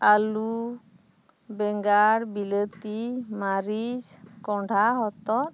ᱟᱹᱞᱩ ᱵᱮᱸᱜᱟᱲ ᱵᱤᱞᱟᱹᱛᱤ ᱢᱟᱹᱨᱤᱪ ᱠᱚᱱᱰᱷᱟ ᱦᱚᱛᱚᱫ